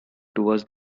towards